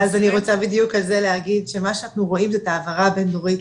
אני רוצה בדיוק להגיד שמה שאנחנו רואים זה את ההעברה הבין דורית